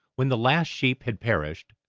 when the last sheep had perished,